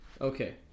okay